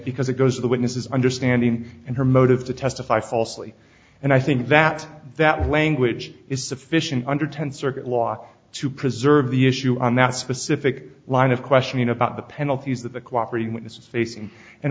because it goes to the witnesses understanding and her motive to testify falsely and i think that that language is sufficient under tenth circuit law to preserve the issue on that specific line of questioning about the penalties that the cooperating witnesses facing